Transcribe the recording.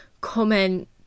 comment